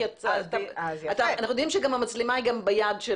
אנחנו יודעים שהמצלמה היא גם ביד.